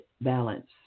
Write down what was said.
balance